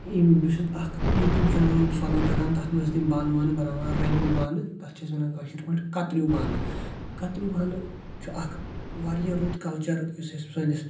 بہٕ چُھس اکھ یوٗٹیوٗب چینل فالو کران تَتھ منٛز چھ تِمہٕ بانہٕ وانہٕ بناوان ربو بانہٕ کتریٚوٗ بانہٕ کتریوٗ بانہٕ چھ اکھ واریاہ رُت کلچر یُس اسہِ سأنِس